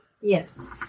Yes